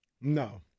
No